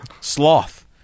Sloth